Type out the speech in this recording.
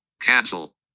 Cancel